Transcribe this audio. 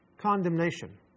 condemnation